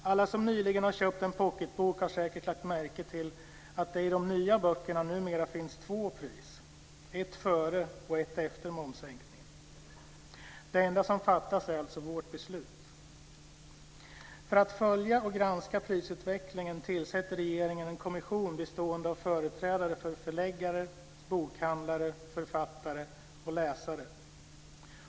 Alla som nyligen har köpt en pocketbok har säkert lagt märke till att det i de nya böckerna numera finns två pris, ett före och ett efter momssänkningen. Det enda som fattas är alltså vårt beslut. För att följa och granska prisutvecklingen tillsätter regeringen en kommission bestående av företrädare för förläggare, bokhandlare, författare och läsare.